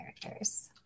characters